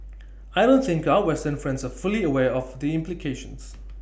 I don't think our western friends are fully aware of the implications